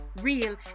real